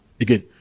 Again